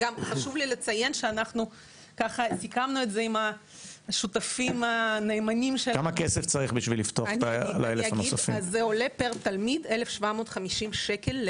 כמה כסף צריך בשביל ללמוד ל-1,000 תלמידים נוספים?